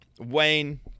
Wayne